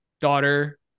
daughter